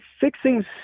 fixing